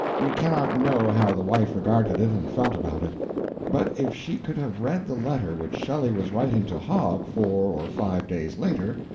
we cannot know how the wife regarded it and felt about it but if she could have read the letter which shelley was writing to hogg four or five days later,